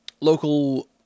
local